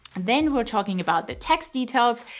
then we're talking about the tax details.